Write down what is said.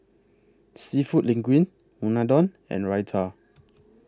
Seafood Linguine Unadon and Raita